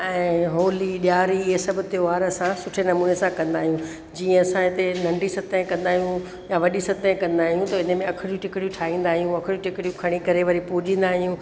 ऐं होली ॾियारी इहे सभु त्योहार असां सुठे नमूने सां कंदा आहियूं जीअं असां हिते नंढी सते कंदा आहियूं या वॾी सते कंदा आहियूं त इन में अखिड़ियूं टिखिड़ियूं ठाहींदा आहियूं अखिड़ियूं टिखिड़ियूं खणी करे वरी पूॼींदा आहियूं